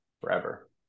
forever